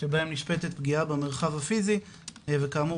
שבהם נשפטת פגיעה במרחב הפיזי וכאמור,